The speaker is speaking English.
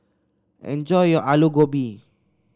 enjoy your Aloo Gobi